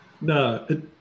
No